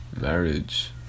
marriage